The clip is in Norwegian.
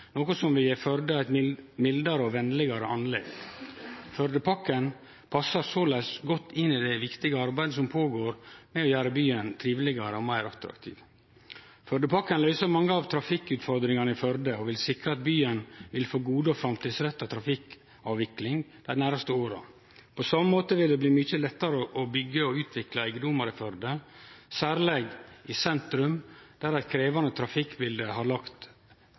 noko som vil gje Førde eit mildare og venlegare andlet. Førdepakken passer såleis godt inn i det viktige arbeidet som går føre seg for å gjere byen trivelegare og meir attraktiv. Førdepakken løyser mange av trafikkutfordringane i Førde og vil sikre at byen vil få god og framtidsretta trafikkavvikling dei næraste åra. På same måte vil det bli mykje lettare å byggje og utvikle eigedommar i Førde, særleg i sentrum, der eit krevjande trafikkbilete har lagt